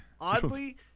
Oddly